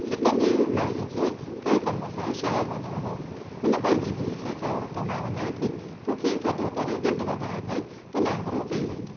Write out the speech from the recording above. हिकु ॾींहुं माईअ खे कंहिं कम सां शहर वञिणो हुओ हुन पंहिंजी धीउ खे चयो त मां वञा थी तूं खीर थधो करे घिंड वॼाइजे त नांगरो पी वेंदो